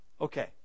Okay